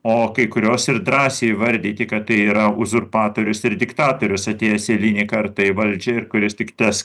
o kai kurios ir drąsiai įvardyti kad tai yra uzurpatorius ir diktatorius atėjęs eilinį kartą į valdžią ir kuris tik tas